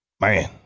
Man